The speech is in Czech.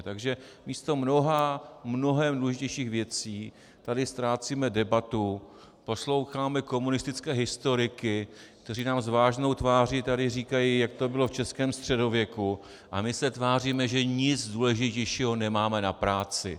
Takže místo mnoha mnohem důležitějších věcí tady ztrácíme debatu, posloucháme komunistické historiky, kteří nám s vážnou tváří tady říkají, jak to bylo v českém středověku, a my se tváříme, že nic důležitějšího nemáme na práci.